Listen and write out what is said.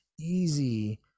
easy